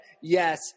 Yes